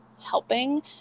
helping